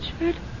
Richard